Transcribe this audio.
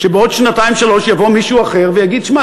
שבעוד שנתיים-שלוש יבוא מישהו אחר ויגיד: שמע,